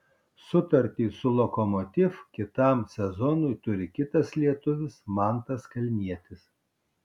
sutartį su lokomotiv kitam sezonui turi kitas lietuvis mantas kalnietis